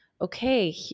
okay